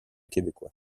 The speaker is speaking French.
québécois